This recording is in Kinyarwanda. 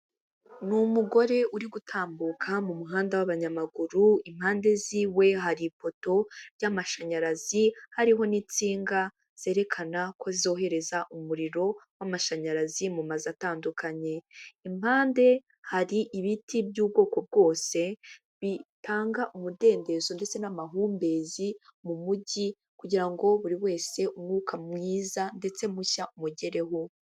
Ni umugore uri gutambuka mu muhanda w'abanyamaguru, impande ziwe hari ipoto y'amashanyarazi, hariho n'insinga zerekana ko zohereza umuriro w'amashanyarazi mu mazu atandukanye. Impande hari ibiti by'ubwoko bwose bitanga umudendezo ndetse n'amahumbezi mu mujyi kugira ngo buri wese umwuka mwiza ndetse mushya umugereho.